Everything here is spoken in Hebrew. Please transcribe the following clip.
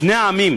שני העמים